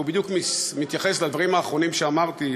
וזה בדיוק מתייחס לדברים האחרונים שאמרתי,